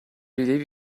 believe